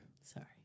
Sorry